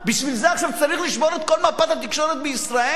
בשביל זה עכשיו צריך לשבור את כל מפת התקשורת בישראל?